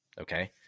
Okay